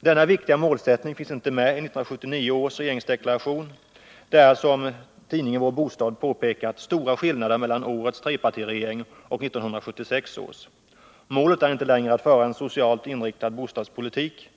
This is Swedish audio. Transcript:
Denna viktiga målsättning finns inte med i 1979 års regeringsdeklaration. Det är, som tidningen Vår Bostad påpekat, stora skillnader mellan årets trepartiregering och 1976 års. Målet är inte längre att föra en socialt inriktad bostadspolitik.